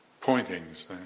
pointings